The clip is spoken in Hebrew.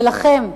ולכם,